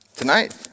Tonight